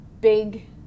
big